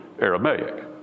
Aramaic